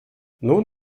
nun